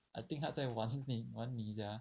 I think 他在玩你玩你 sia